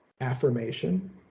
affirmation